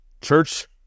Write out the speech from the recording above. church